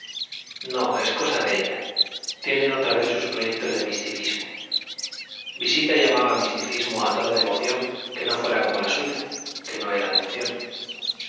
no es cosa de ella tiene otra vez sus proyectos de misticismo visita llamaba misticismo a toda devoción que no fuera como la suya que no era devoción